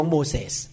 Moses